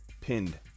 pinned